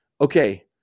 Okay